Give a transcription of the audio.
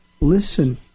listen